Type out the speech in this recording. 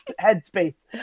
headspace